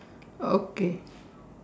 okay